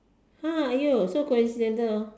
!huh! !aiyo! so coincidental hor